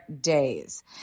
days